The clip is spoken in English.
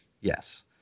Yes